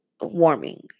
warming